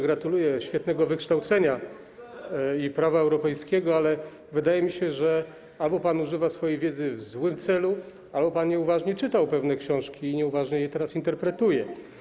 Gratuluję świetnego wykształcenia i znajomości prawa europejskiego, ale wydaje mi się, że albo pan używa swojej wiedzy w złym celu, albo nieuważnie czytał pan pewne książki i nieuważnie je teraz interpretuje.